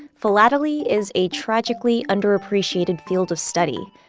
philately is a tragically underappreciated field of study.